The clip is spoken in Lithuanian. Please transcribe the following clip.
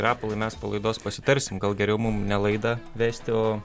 rapolai mes po laidos pasitarsim gal geriau mum ne laidą vesti o